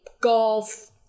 golf